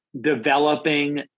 developing